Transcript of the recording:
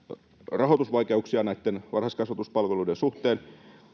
rahoitusvaikeuksia näitten varhaiskasvatuspalveluiden suhteen